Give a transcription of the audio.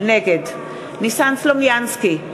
נגד ניסן סלומינסקי,